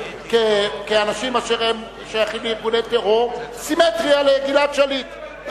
כאנשים אשר הם שייכים לארגוני טרור סימטריה לגלעד שליט.